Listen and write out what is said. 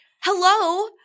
Hello